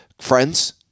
friends